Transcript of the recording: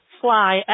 Fly